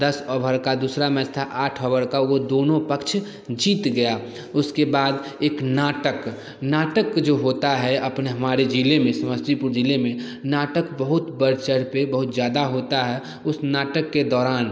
दस ओव्हर का दूसरा मैच था आठ होवर का वो दोनों पक्ष जीत गया उसके बाद एक नाटक नाटक जो होता है अपने हमारे जिले में समस्तीपुर जिले में नाटक बहुत बढ़ चर पे बहुत ज़्यादा होता है उस नाटक के दौरान